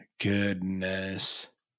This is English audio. Goodness